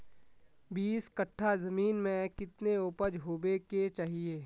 बीस कट्ठा जमीन में कितने उपज होबे के चाहिए?